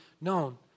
known